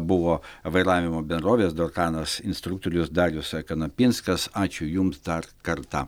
buvo vairavimo bendrovės dorkanas instruktorius darius kanapinskas ačiū jums dar kartą